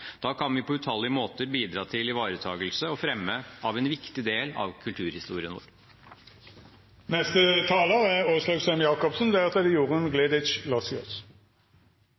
Da kan vi på utallige måter bidra til ivaretagelse og fremme av en viktig del av kulturhistorien